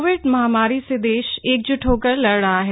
Covid महामारी से देश एकजुट होकर लड़ रहा है